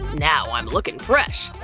now i'm lookin' fresh.